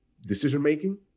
decision-making